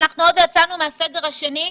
אנחנו עוד לא יצאנו מהסגר השני,